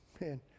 man